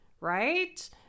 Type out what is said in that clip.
right